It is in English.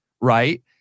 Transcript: right